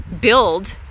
build